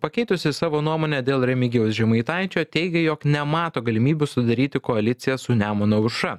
pakeitusi savo nuomonę dėl remigijaus žemaitaičio teigia jog nemato galimybių sudaryti koaliciją su nemuno aušra